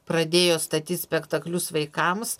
pradėjo statyt spektaklius vaikams